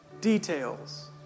details